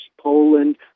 Poland